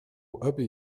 أبي